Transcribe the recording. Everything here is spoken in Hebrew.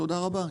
תודה רבה,